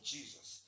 Jesus